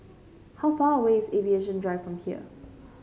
how far away is Aviation Drive from here